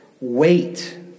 Wait